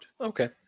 okay